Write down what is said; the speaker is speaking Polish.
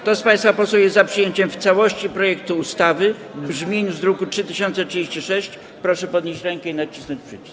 Kto z państwa posłów jest za przyjęciem w całości projektu ustawy w brzmieniu z druku nr 3036, proszę podnieść rękę i nacisnąć przycisk.